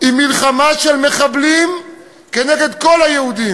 היא מלחמה של מחבלים נגד כל יהודי,